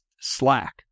Slack